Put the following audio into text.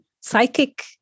psychic